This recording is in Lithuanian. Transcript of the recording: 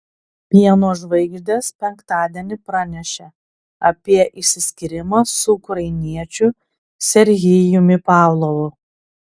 pieno žvaigždės penktadienį pranešė apie išsiskyrimą su ukrainiečiu serhijumi pavlovu